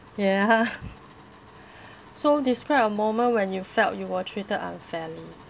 yeah so describe a moment when you felt you were treated unfairly